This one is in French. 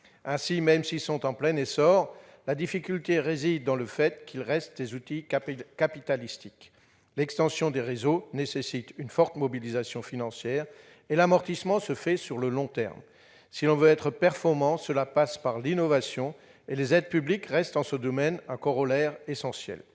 Même s'ils sont en plein essor, la difficulté réside dans le fait qu'ils restent des outils capitalistiques : l'extension des réseaux nécessite une forte mobilisation financière, et l'amortissement se fait sur le long terme. Être performant passe par l'innovation, et les aides publiques restent en la matière un corollaire essentiel.